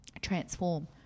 transform